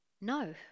no